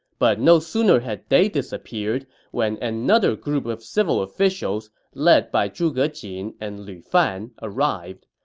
but no sooner had they disappeared when another group of civil officials, led by zhuge jin and lu fan, arrived.